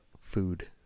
food